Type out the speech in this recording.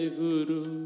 guru